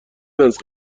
است